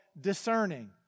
discerning